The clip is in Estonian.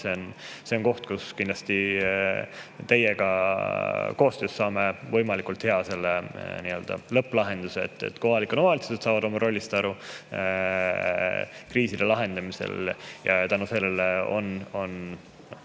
see on koht, kus kindlasti teiega koostöös saame võimalikult hea lõpplahenduse, et kohalikud omavalitsused saavad aru oma rollist kriiside lahendamisel ja tänu sellele on